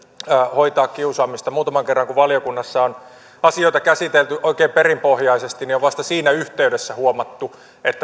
hoitaa kiusaamista muutaman kerran kun valiokunnassa on asioita käsitelty oikein perinpohjaisesti niin on vasta siinä yhteydessä huomattu